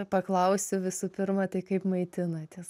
paklausiu visų pirma tai kaip maitinatės